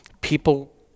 people